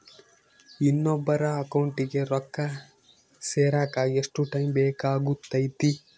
ಇನ್ನೊಬ್ಬರ ಅಕೌಂಟಿಗೆ ರೊಕ್ಕ ಸೇರಕ ಎಷ್ಟು ಟೈಮ್ ಬೇಕಾಗುತೈತಿ?